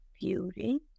beauty